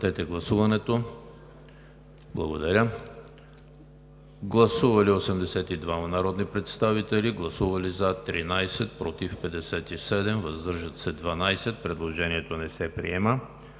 Предложението не се приема.